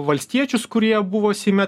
valstiečius kurie buvo seime